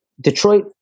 Detroit